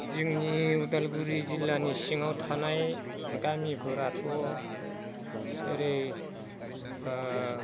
जोंनि उदालगुरि जिल्लानि सिङाव थानाय गामिफोराथ' ओरै